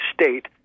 state